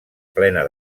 plena